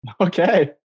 Okay